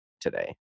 today